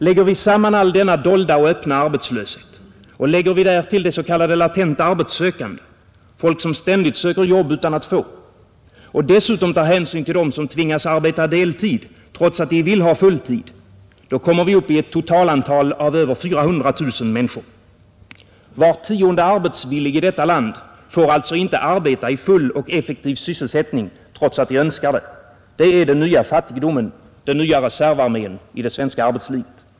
Lägger vi samman all denna dolda och öppna arbetslöshet, och lägger vi därtill de s.k. latent arbetssökande — folk som ständigt söker jobb utan att få — och dessutom tar hänsyn till dem som tvingas arbeta deltid trots att de vill ha full tid, då kommer vi upp i ett totalantal av över 400 000 människor. Var tionde arbetsvillig i detta land får alltså inte arbeta i full och effektiv sysselsättning trots att de önskar det. Det är den nya fattigdomen, den nya reservarmén i det svenska arbetslivet.